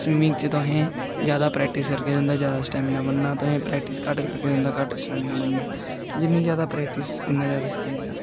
swimming च तुसें जादा प्रैक्टिस करगे तुं'दा जादा स्टैमिना बनना तुसें प्रैक्टिस घट्ट करगे तुंदा घट्ट स्टैमिना बनना जि'न्नी जादा प्रैक्टिस उ'न्ना जादा स्टैमिना